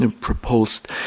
proposed